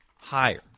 higher